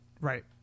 Right